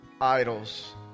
idols